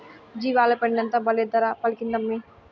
జీవాల పెండంతా బల్లే ధర పలికిందమ్మా